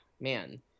man